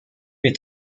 est